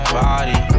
body